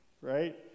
right